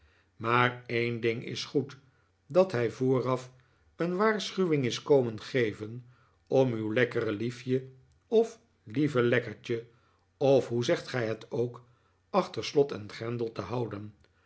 maar een ding is goed dat hij vooraf een waarschuwing is komen'geven om uw lekkere liefje of lieve lekkertje of hoe zegt gij het ook achter'slot en grendel te houden